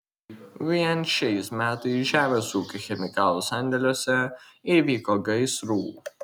vien šiais metais žemės ūkio chemikalų sandėliuose įvyko gaisrų